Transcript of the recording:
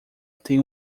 tem